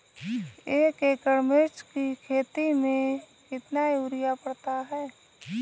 एक एकड़ मिर्च की खेती में कितना यूरिया पड़ता है?